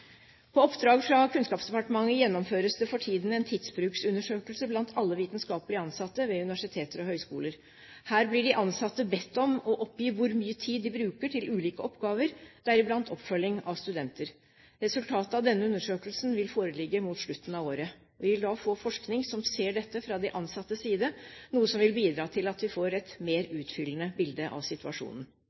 På oppdrag fra Kunnskapsdepartementet gjennomføres det for tiden en tidsbrukundersøkelse blant alle vitenskapelige ansatte ved universiteter og høyskoler. Her blir de ansatte bedt om å oppgi hvor mye tid de bruker til ulike oppgaver, deriblant oppfølging av studenter. Resultatet av denne undersøkelsen vil foreligge mot slutten av året. Vi vil da få forskning som ser dette fra de ansattes side, noe som vil bidra til at vi får et mer utfyllende bilde av situasjonen.